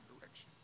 direction